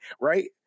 right